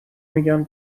میگن